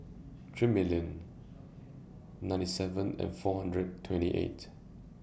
three million ninety seven and four hundred twenty eight